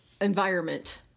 environment